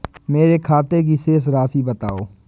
मेरे खाते की शेष राशि बताओ?